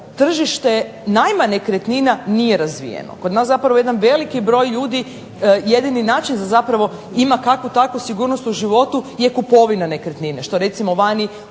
tržište najma nekretnina nije razvijeno. Kod nas zapravo veliki broj ljudi jedini način da zapravo ima kakvu takvu sigurnost u životu je kupovina nekretnine, što recimo vani